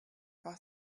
was